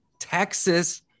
Texas